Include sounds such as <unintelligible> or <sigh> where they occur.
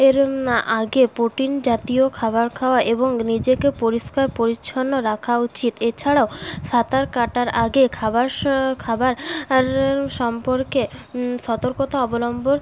এর আগে প্রোটিন জাতীয় খাবার খাওয়া এবং নিজেকে পরিষ্কার পরিচ্ছন্ন রাখা উচিত এছাড়াও সাঁতার কাটার আগে খাবার <unintelligible> খাবার <unintelligible> সম্পর্কে সতর্কতা অবলম্বন